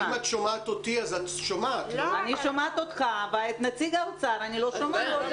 את נציג האוצר.